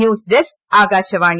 news desk Akashvani